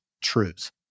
truths